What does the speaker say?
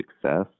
success